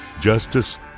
justice